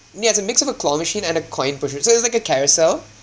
I mean it's a mix of a claw machine and a coin pusher so it's like a carousel